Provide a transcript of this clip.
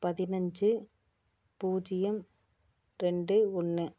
பதினஞ்சு பூஜ்ஜியம் ரெண்டு ஒன்று